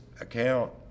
account